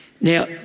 Now